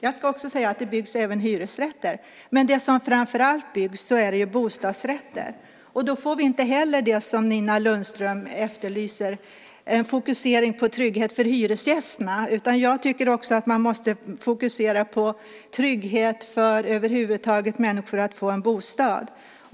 Jag ska också säga att det byggs även hyresrätter. Men det som framför allt byggs är bostadsrätter, och då får vi inte heller det som Nina Lundström efterlyser, en fokusering på trygghet för hyresgästerna. Jag tycker att man måste fokusera på trygghet över huvud taget för människor att få en bostad.